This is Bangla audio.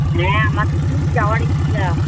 হ্যাঁ আমার তো খুব যাওয়ার ইচ্ছা